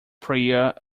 priya